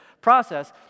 Process